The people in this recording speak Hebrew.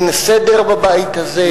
אין סדר בבית הזה?